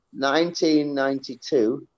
1992